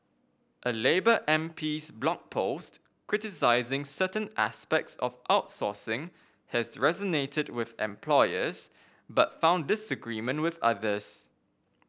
a labour MP's Blog Post criticising certain aspects of outsourcing has resonated with employers but found disagreement with others